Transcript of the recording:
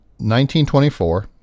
1924